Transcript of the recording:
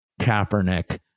Kaepernick